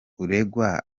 uregwa